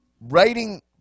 writing